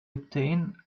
obtain